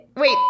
Wait